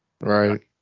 right